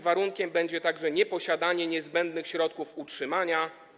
Warunkiem będzie także nieposiadanie niezbędnych środków utrzymania.